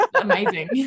amazing